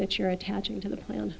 that you're attaching to the plan